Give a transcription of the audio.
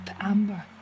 amber